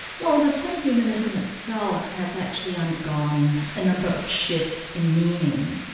well the term humanism itself has actually undergone a number of shifts in meaning.